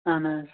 اَہَن حظ